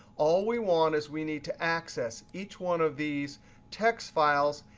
all we want is we need to access each one of these text files,